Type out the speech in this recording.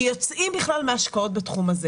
שיוצאים בכלל מן ההשקעות בתחום הזה.